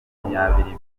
makumyabiri